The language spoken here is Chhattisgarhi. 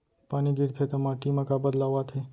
पानी गिरथे ता माटी मा का बदलाव आथे?